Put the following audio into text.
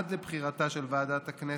עד לבחירתה של ועדת הכנסת,